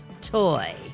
toy